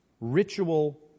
Ritual